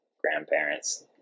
grandparents